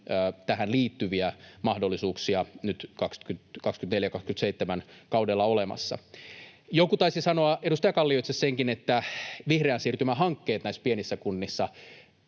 tähän liittyviä mahdollisuuksia nyt kaudella 24—27 olemassa. Joku taisi sanoa, edustaja Kallio itse asiassa senkin, että vihreän siirtymän hankkeet näissä pienissä kunnissa...